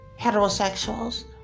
heterosexuals